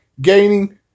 gaining